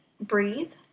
Breathe